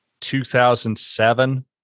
2007